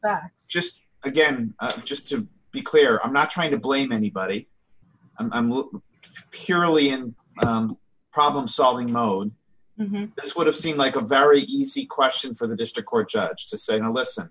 you just again just to be clear i'm not trying to blame anybody i'm purely in problem solving mode this would have seemed like a very easy question for the district court judge to say no listen